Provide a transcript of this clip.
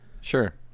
Sure